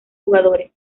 jugadores